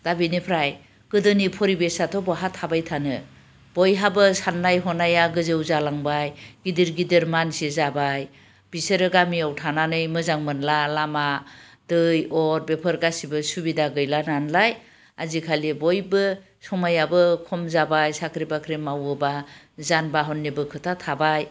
दा बेनिफ्राय गोदोनि फरिबेसाथ' बहा थाबाय थानो बयहाबो साननाय हनाया गोजौ जालांबाय गिदिर गिदिर मानसि जाबाय बिसोरो गामियाव थानानै मोजां मोनला लामा दै अर बेफोर गासैबो सुबिदा गैला नालाय आजिखालि बयबो समयाबो खम जाबाय साख्रि बाख्रि मावोबा जान बाहननिबो खोथा थाबाय